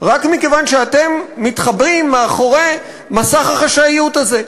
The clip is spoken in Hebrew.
רק מכיוון שאתם מתחבאים מאחורי מסך החשאיות הזה.